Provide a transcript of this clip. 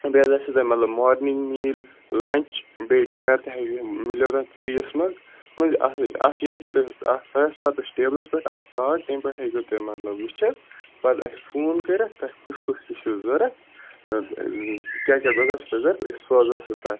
بیٚیہِ حظ آسوٕ تۄہہِ مطلب مارنِنٛگ میٖل لنچ بیٚیہِ ڈِنر تہِ مِلیٚو توہہِ فری یس منٛز یہِ ہیٚکیٚو تُہۍ ٹیبلَس پٮ۪ٹھ اَکھ کارڈ تیٚمہِ پٮ۪ٹھ ہیٚکِو تۄہہِ مطلب وٕچتھِ پتہٕ أسہِ فوٗن کٔرِتھ تۄہہِ کُس کُس یہِ چھُو ضروٗرت کیاہ کیاہ غذہ چھُو توہہِ ضروٗرت أسۍ سوزَوٚ سُہ توہہِ